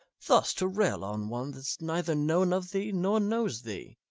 thus to rail on one that's neither known of thee nor knows thee?